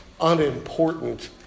unimportant